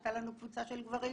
הייתה לנו קבוצה של גברים.